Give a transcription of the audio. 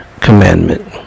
commandment